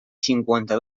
cinquanta